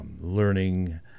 learning